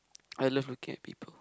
I love looking at people